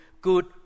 good